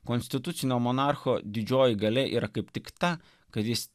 konstitucinio monarcho didžioji galia yra kaip tik ta kad jis